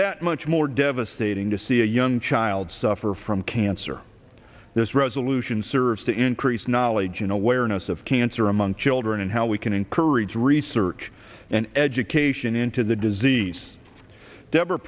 that much more devastating to see a young child suffer from cancer this resolution serves to increase knowledge and awareness of cancer among children and how we can encourage research and education into the disease deborah